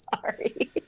sorry